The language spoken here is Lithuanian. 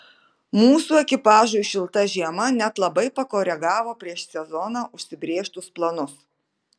mūsų ekipažui šilta žiema net labai pakoregavo prieš sezoną užsibrėžtus planus